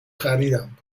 خریدم